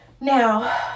Now